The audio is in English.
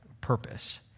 purpose